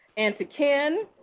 and to ken,